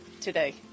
today